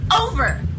over